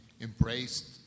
embraced